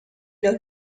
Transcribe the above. los